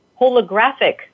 holographic